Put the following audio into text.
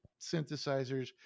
synthesizers